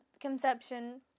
conception